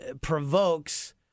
provokes